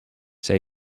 zij